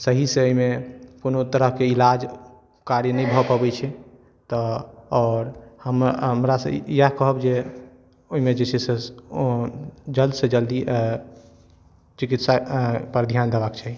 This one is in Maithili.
सही से ओहिमे कोनो तरहक इलाज कार्य नहि भऽ पबै छै तऽ आओर हम हमरा से इएह कहब जे ओहिमे जे छै से जल्द से जल्दी चिकित्सा पर ध्यान देबा के चाही